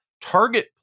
target